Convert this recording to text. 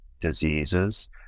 diseases